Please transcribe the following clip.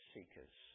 seekers